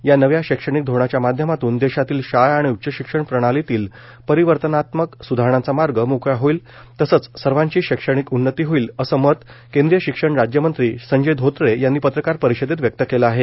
या नव्या शैक्षणिक धोरणाच्या माध्यमातून देशातील शाळा आणि उच्च शिक्षण प्रणालीतील परिवर्तनात्मक स्धारणांचा मार्ग मोकळा होईल तसंच सर्वांची शैक्षणिक उन्नती होईल असं मत केंद्रिय शिक्षण राज्यमंत्री संजय धोत्रे यांनी पत्रकार परिषदेत व्यक्त केलं आहे